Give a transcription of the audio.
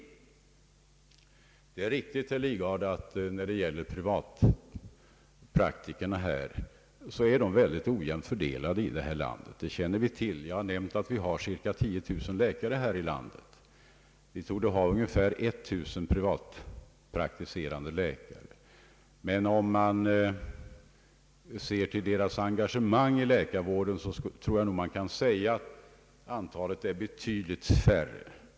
Det är riktigt, herr Lidgard, att de privatpraktiserande läkarna är ojämnt fördelade i detta land. Vi har ca 10 000 läkare i landet, och av dessa torde ungefär 1 000 ha privat praktik. Men om man ser till dessa läkares engagemang i läkarvården tror jag att man kommer att finna att antalet blir betydligt lägre.